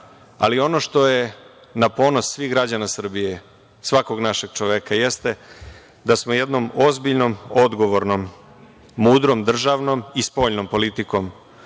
ali ono što je na ponos svih građana Srbije, svakog našeg čoveka jeste da smo jednom ozbiljnom, odgovornom, mudrom, državnom i spoljnom politikom